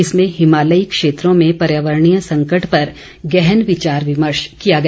इसमें हिमालयी क्षेत्रों में पर्यावरणीय संकट पर गहन विचार विमर्श किया गया